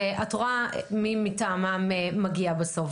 ואת רואה מי מטעמם מגיע בסוף.